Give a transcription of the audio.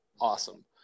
Awesome